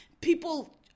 People